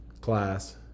class